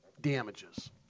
Damages